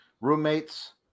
roommates